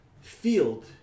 Field